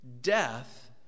Death